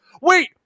Wait